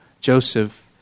Joseph